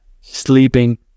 sleeping